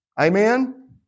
Amen